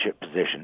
position